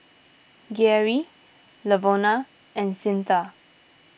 Geary Lavona and Cyntha